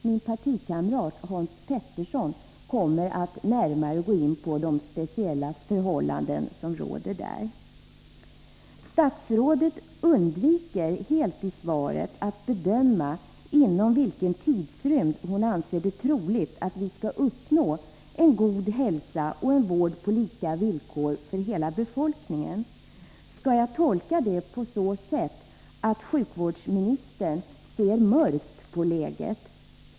Min partikamrat Hans Petersson i Hallstahammar kommer närmare att gå in på de speciella förhållanden som där råder. Statsrådet undviker helt att bedöma inom vilken tidrymd hon anser det troligt att vi skall uppnå en god hälsa och en vård på lika villkor för hela befolkningen. Skall jag tolka detta på så sätt att sjukvårdsministern ser mörkt på läget?